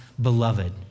beloved